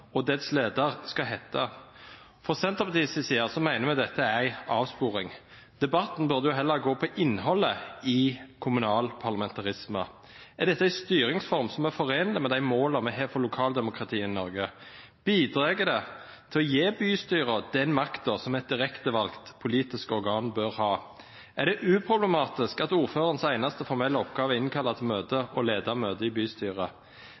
og dets leder skal hete. Senterpartiet mener dette er en avsporing. Debatten burde heller handle om innholdet i kommunal parlamentarisme. Er det en styringsform som er forenelig med de målene vi har for lokaldemokratiet i Norge? Bidrar det til å gi bystyret den makten som et direktevalgt politisk organ bør ha? Er det uproblematisk at ordførerens eneste formelle oppgave er å innkalle til møter og lede møter i bystyret?